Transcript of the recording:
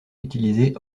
utilisés